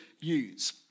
use